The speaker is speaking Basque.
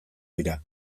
dira